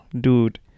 dude